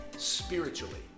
spiritually